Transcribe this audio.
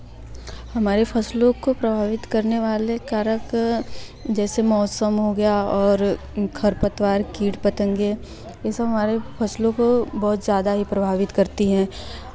हमारे फसलों को प्रभावित करने वाले कारक जैसे मौसम हो गया और खरपतवार कीट पतंगे यह सब हमारे फसलों को बहुत ज़्यादा ही प्रभावित करती हैं